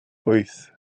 wyth